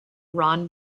ron